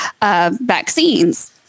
Vaccines